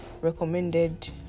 recommended